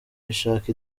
ishaka